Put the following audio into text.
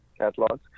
catalogs